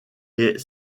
est